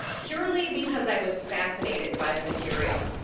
purely because i was fascinated by the material.